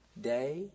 day